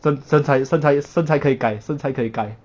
身身材身材身材可以改身材可以改